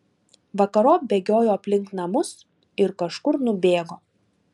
vakarop bėgiojo aplink namus ir kažkur nubėgo